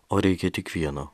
o reikia tik vieno